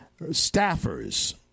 staffers